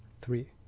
three